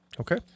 Okay